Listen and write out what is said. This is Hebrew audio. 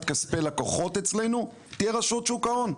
כספי לקוחות אצלנו תהיה רשות שוק ההון.